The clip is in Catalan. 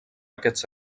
aquests